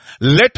let